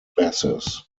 basses